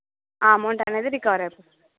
ఆ అమౌంట్ అనేది రికవర్ అయిపోతుంది